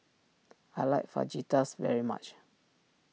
I like Fajitas very much